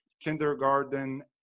Kindergarten